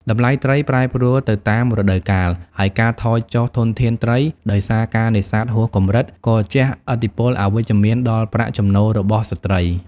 តម្លៃត្រីប្រែប្រួលទៅតាមរដូវកាល ហើយការថយចុះធនធានត្រីដោយសារការនេសាទហួសកម្រិត ក៏ជះឥទ្ធិពលអវិជ្ជមានដល់ប្រាក់ចំណូលរបស់ស្ត្រី។